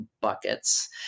buckets